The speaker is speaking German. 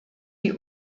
die